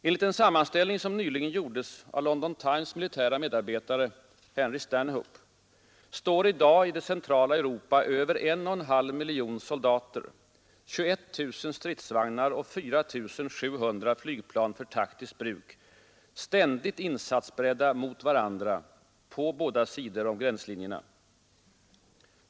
Enligt en sammanställning, som nyligen gjordes av London Times militära medarbetare Henry Stanhope, står i dag i centrala Europa över en och en halv miljon soldater, 21 000 stridsvagnar och 4 700 flygplan för taktiskt bruk, ständigt insatsberedda mot varandra på båda sidor om gränslinjerna.